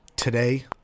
Today